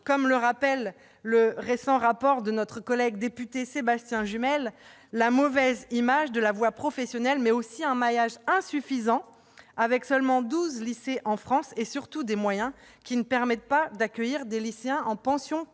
comme le fait apparaître le récent rapport de notre collègue député Sébastien Jumel, la mauvaise image de la voie professionnelle, mais aussi un maillage territorial insuffisant, avec seulement douze lycées professionnels maritimes, et surtout des moyens qui ne permettent pas d'accueillir les lycéens en pension complète.